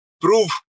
prove